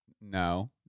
no